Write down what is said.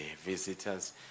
visitors